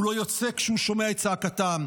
הוא לא יוצא כשהוא שומע את צעקתם.